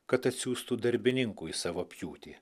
kad atsiųstų darbininkų į savo pjūtį